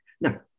Now